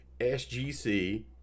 SGC